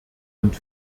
und